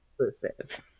exclusive